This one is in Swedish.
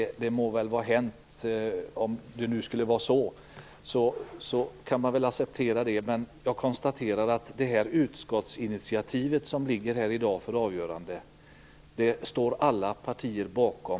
Det må väl vara hänt om det skulle vara så. Det kan man väl acceptera. Jag konstaterar att det utskottsinitiativ som är föremål för avgörande i dag står alla partier bakom.